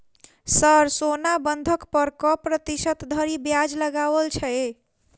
Sir सोना बंधक पर कऽ प्रतिशत धरि ब्याज लगाओल छैय?